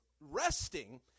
resting